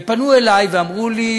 ופנו אלי ואמרו לי: